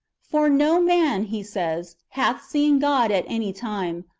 for no man, he says, hath seen god at any time,